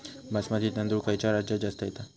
बासमती तांदूळ खयच्या राज्यात जास्त येता?